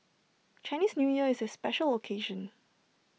Chinese New Year is A special occasion